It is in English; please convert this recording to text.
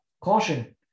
caution